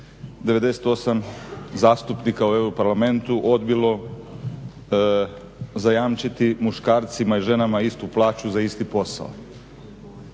298 zastupnika u EU parlamentu odbilo zajamčiti muškarcima i ženama istu plaću za isti posao.